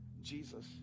Jesus